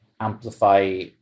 amplify